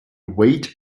wait